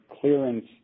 clearance